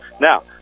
Now